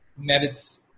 Merits